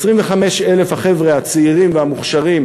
ו-25,000 החבר'ה הצעירים והמוכשרים,